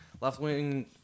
left-wing